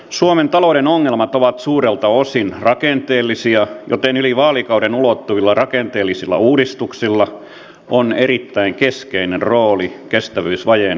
suomen talouden ongelmat ovat suurelta osin rakenteellisia joten yli vaalikauden ulottuvilla rakenteellisilla uudistuksilla on erittäin keskeinen rooli kestävyysvajeen umpeen kuromisessa